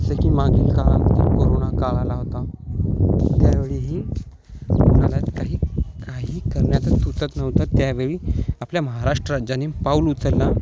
जसं की मागील काळामध्ये कोरोना काळ आला होता त्यावेळी ही कोणाला काही काही करण्याचं सुचत नव्हतं त्यावेळी आपल्या महाराष्ट्र राज्याने पाऊल उचलला